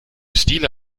stile